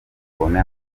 babone